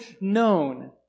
known